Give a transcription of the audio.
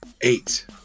Eight